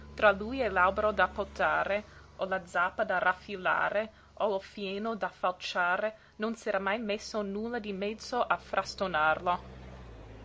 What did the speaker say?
tra lui e l'albero da potare o la zappa da raffilare o il fieno da falciare non s'era mai messo nulla di mezzo a